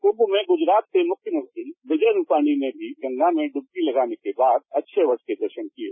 कुंम में गुजरात के मुख्यमंत्री विजय रूपाणी ने भी गंगा में डुबकी लगाने के बाद अक्षयवट के दर्शन किये